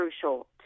crucial